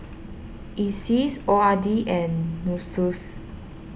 Iseas O R D and Nussu